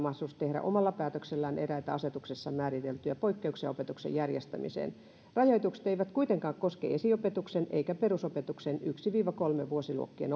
tehdä omalla päätöksellään eräitä asetuksessa määriteltyjä poikkeuksia opetuksen järjestämiseen rajoitukset eivät kuitenkaan koske esiopetuksen eikä perusopetuksen ensimmäisen viiva kolmannen vuosiluokkien